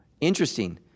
Interesting